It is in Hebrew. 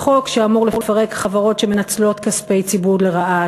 החוק שאמור לפרק חברות שמנצלות כספי ציבור לרעה,